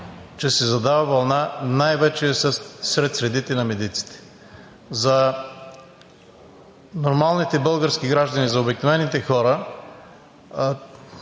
че се задава вълна, най-вече е сред средите на медиците. За нормалните български граждани, за обикновените хора